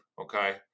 okay